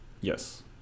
Yes